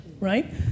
right